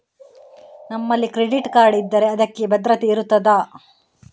ನಮ್ಮಲ್ಲಿ credit card ಇದ್ದರೆ ಅದಕ್ಕೆ ಭದ್ರತೆ ಇರುತ್ತದಾ?